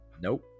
Nope